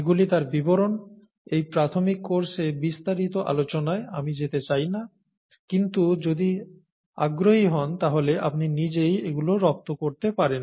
এগুলি তার বিবরণ এই প্রাথমিক কোর্সে বিস্তারিত আলোচনায় আমি যেতে চাই না কিন্তু যদি আগ্রহী হন তাহলে আপনি নিজেই এগুলো রপ্ত করতে পারেন